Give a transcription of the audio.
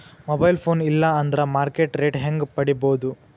Mobile phone ಇಲ್ಲಾ ಅಂದ್ರ market rate ಹೆಂಗ್ ಪಡಿಬೋದು?